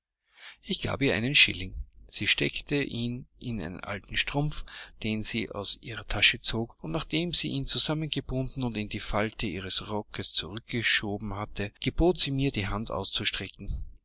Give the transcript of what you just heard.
ich gab ihr einen schilling sie steckte ihn in einen alten strumpf den sie aus ihrer tasche zog und nachdem sie ihn zusammengebunden und in die falten ihres rockes zurückgeschoben hatte gebot sie mir die hand auszustrecken